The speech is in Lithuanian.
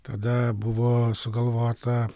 tada buvo sugalvota